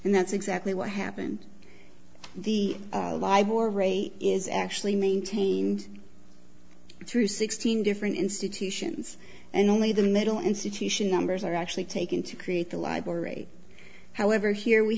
and that's exactly what happened the vibe or rate is actually maintained through sixteen different institutions and only the metal institution numbers are actually taken to create the library however here we